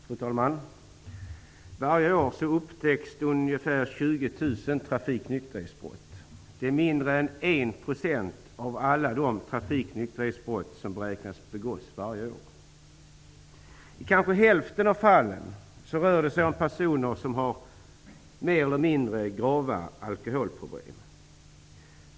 Fru talman! Varje år upptäcks ungefär 20 000 trafiknykterhetsbrott. Det är mindre än 1 % av alla de trafiknykterhetsbrott som beräknas begås varje år. I kanske hälften av fallen rör det sig om personer som har mer eller mindre grava alkoholproblem.